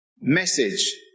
message